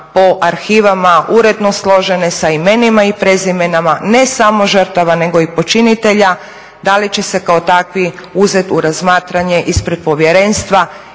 po arhivama, uredno složene, sa imenima i prezimenima ne samo žrtava nego i počinitelja. Da li će se kao takvi uzet u razmatranje ispred povjerenstva